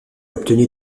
obtenu